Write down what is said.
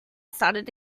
started